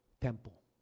temple